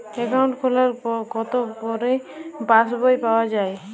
Account খোলার কতো পরে পাস বই পাওয়া য়ায়?